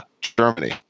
Germany